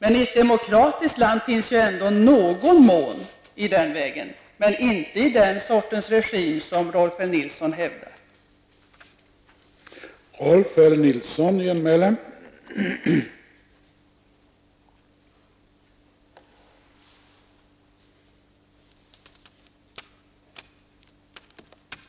I ett demokratiskt land finns ändå något litet av detta, men det finns det inte i den sortens regimer som Rolf L Nilsson talar för.